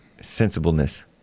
sensibleness